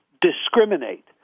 discriminate